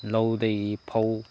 ꯂꯧꯗꯒꯤ ꯐꯧ